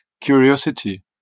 curiosity